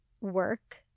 work